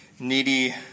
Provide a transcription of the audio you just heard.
needy